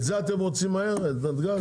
את זה אתם רוצים מהר, את נתג"ז?